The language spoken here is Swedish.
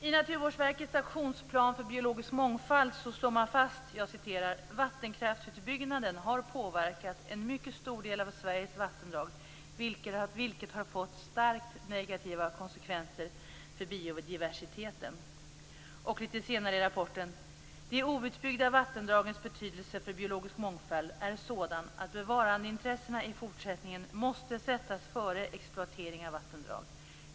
I Naturvårdsverkets aktionsplan för biologisk mångfald slår man fast: Vattenkraftsutbyggnaden har påverkat en mycket stor del av Sveriges vattendrag, vilket har fått starkt negativa konsekvenser för biodiversiteten. Lite senare i rapporten heter det: De outbyggda vattendragens betydelse för biologisk mångfald är sådan att bevarandeintressena i fortsättningen måste sättas före exploateringen av vattendrag.